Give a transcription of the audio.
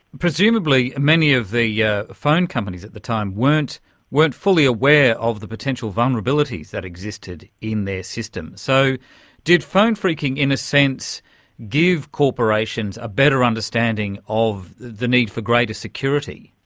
presumably many of the yeah phone companies at the time weren't weren't fully aware of the potential vulnerabilities that existed in their systems. so did phone phreaking in a sense give corporations a better understanding of the need for greater security?